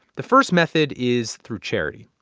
the first method is through charity.